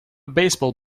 baseball